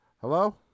Hello